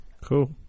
Cool